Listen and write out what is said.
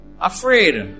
afraid